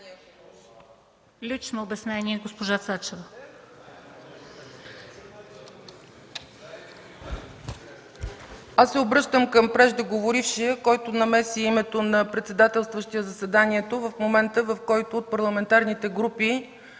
Лично обяснение – госпожа Цачева. ЦЕЦКА ЦАЧЕВА (ГЕРБ): Аз се обръщам към преждеговорившия, който намеси името на председателстващия заседанието в момента, в който парламентарните групи